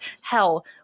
Hell